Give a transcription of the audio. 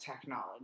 technology